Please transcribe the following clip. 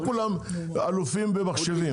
לא כולם אלופים במחשבים,